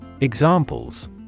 Examples